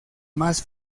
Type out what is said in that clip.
más